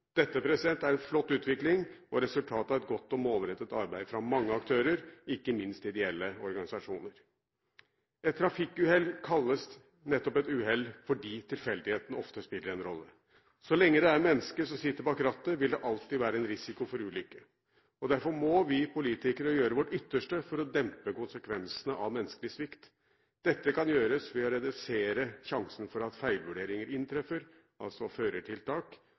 er en flott utvikling og resultat av et godt og målrettet arbeid fra mange aktører, ikke minst fra ideelle organisasjoner. Et trafikkuhell kalles nettopp et uhell fordi tilfeldighetene ofte spiller en rolle. Så lenge det er mennesker som sitter bak rattet, vil det alltid være en risiko for ulykker. Derfor må vi politikere gjøre vårt ytterste for å dempe konsekvensene av menneskelig svikt. Dette kan gjøres ved å redusere sjansene for at feilvurderinger inntreffer, altså førertiltak,